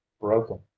broken